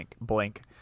blank